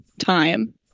time